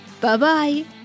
Bye-bye